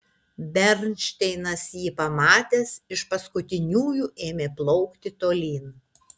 bernšteinas jį pamatęs iš paskutiniųjų ėmė plaukti tolyn